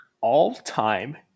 all-time